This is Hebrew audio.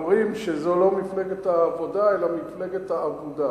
אבל אומרים שזו לא מפלגת העבודה אלא מפלגת האבודה.